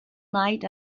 night